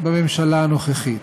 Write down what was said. בממשלה הנוכחית.